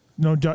No